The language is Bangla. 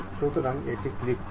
সুতরাং এটি ক্লিক করুন